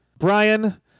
Brian